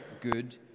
good